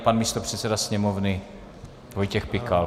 Pan místopředseda Sněmovny Vojtěch Pikal.